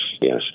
Yes